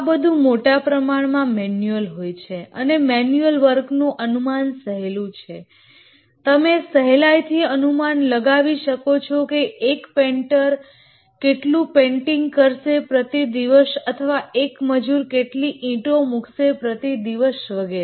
આ બધું મોટા પ્રમાણમાં મેન્યુઅલ હોય છે અને મેન્યુઅલ વર્ક નું અનુમાન સહેલું છે તમે સહેલાઈથી અનુમાન લગાવી શકો છો કે એક પેઇન્ટર કેટલુ પેઇન્ટિંગ કરશે પ્રતિદિવસ અથવા એક મજુર કેટલી ઈંટો મુકશે પ્રતિ દિવસ વગેરે